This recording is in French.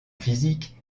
physique